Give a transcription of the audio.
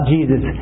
Jesus